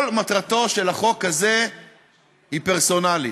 כל מטרתו של החוק הזה היא פרסונלית,